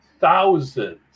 thousands